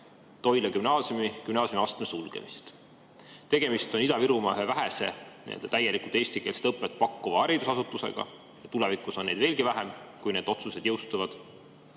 Toila Gümnaasiumi gümnaasiumiastme sulgemist. Tegemist on Ida-Virumaa ühe vähese täielikult eestikeelset õpet pakkuva haridusasutusega. Ja tulevikus on neid veelgi vähem, kui need otsused jõustuvad.